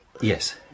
Yes